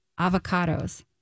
avocados